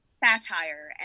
satire